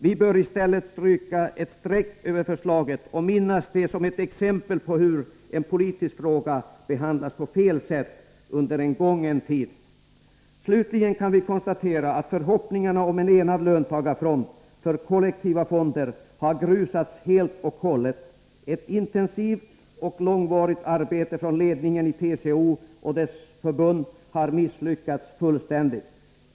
Vi bör i stället stryka ett streck över förslaget och minnas det som ett exempel på hur en politisk fråga behandlats på fel sätt under en gången tid. Slutligen kan vi konstatera att förhoppningarna om en enad ”löntagarfront” för kollektiva fonder har grusats helt och hållet. Ett intensivt och långvarigt arbete från ledningen i TCO och dess förbund har misslyckats fullständigt.